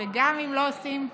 וגם אם לא עושים,